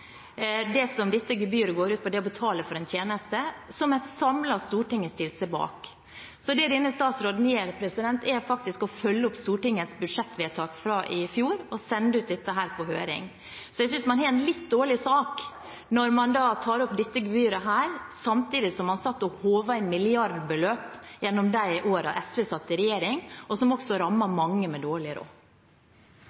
Det som dette gebyret går ut på, er å betale for en tjeneste som et samlet storting har stilt seg bak. Så det denne statsråden gjør, er faktisk å følge opp Stortingets budsjettvedtak fra i fjor og sende dette ut på høring. Så jeg synes man har en litt dårlig sak når man tar opp dette gebyret, samtidig som man satt og håvet inn milliardbeløp gjennom de årene SV satt i regjering, og som også